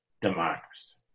democracy